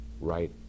right